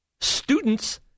students